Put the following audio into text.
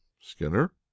Skinner